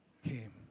Came